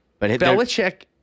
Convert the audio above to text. Belichick